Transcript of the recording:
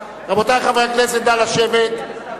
רבותי חברי הכנסת, נא לשבת.